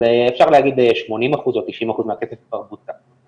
אז אפשר להגיד ש-80% או 90% מהכסף כבר בוצע.